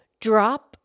drop